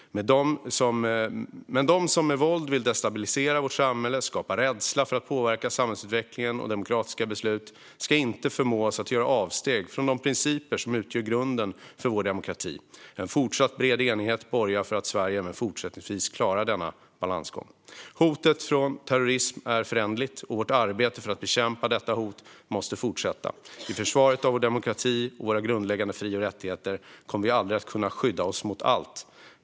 De som med våld vill destabilisera vårt samhälle och skapa rädsla för att påverka samhällsutvecklingen och demokratiska beslut ska inte förmå oss att göra avsteg från de principer som utgör grunden för vår demokrati. En fortsatt bred enighet borgar för att Sverige även fortsättningsvis klarar denna balansgång. Hotet från terrorism är föränderligt, och vårt arbete för att bekämpa detta hot måste fortsätta. I försvaret av vår demokrati och våra grundläggande fri och rättigheter kommer vi aldrig att kunna skydda oss mot allt.